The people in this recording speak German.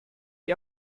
die